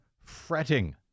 fretting